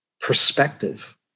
perspective